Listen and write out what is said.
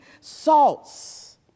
salts